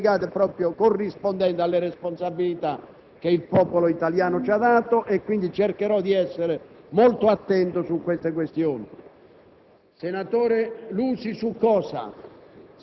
un atteggiamento, rispetto alle cose più delicate, corrispondente alle responsabilità che il popolo italiano ci ha dato e quindi cercherò di essere molto attento su queste questioni.